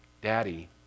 Daddy